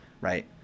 right